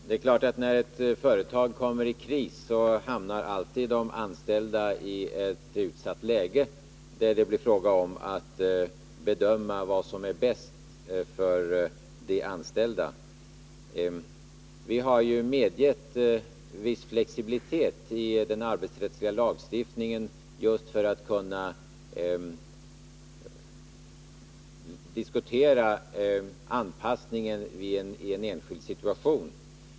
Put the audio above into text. Fru talman! När ett företag kommer i kris hamnar de anställda alltid i ett utsatt läge, och det gäller då att bedöma vad som är det bästa för dem. Man har ju medgett viss flexibilitet i den arbetsrättsliga lagstiftningen, just för att kunna diskutera anpassningen i en enskild situation.